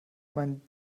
mein